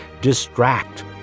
distract